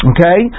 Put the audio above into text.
Okay